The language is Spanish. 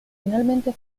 finalmente